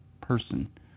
person